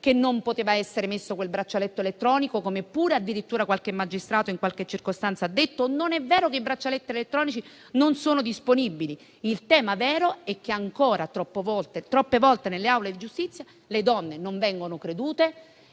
che non poteva essere messo quel braccialetto elettronico, come pure addirittura qualche magistrato in qualche circostanza ha detto, perché i braccialetti elettronici non sono disponibili. Il tema vero è che ancora troppe volte nelle aule di giustizia le donne non vengono credute,